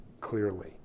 clearly